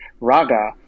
Raga